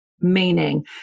meaning